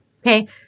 Okay